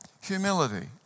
humility